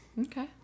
Okay